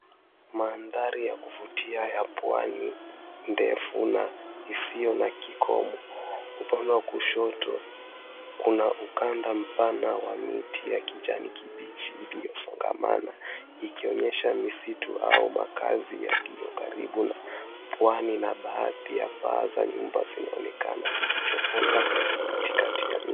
Mandhari ya kuvutia ya pwani ndefu na isio na kikomo. Upande wa kushoto kuna ukanda mpana wa miti ya kijani kibichi iliyosogamana ikonyesha misitu au makazi yaliyo karibu na pwani na baadhi ya paa za nyumba zinaonekana zikichomoza katikati ya miti.